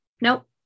Nope